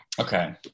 Okay